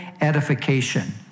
edification